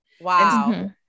Wow